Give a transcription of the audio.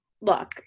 look